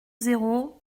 zéro